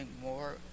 more